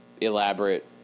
elaborate